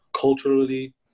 culturally